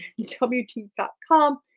WT.com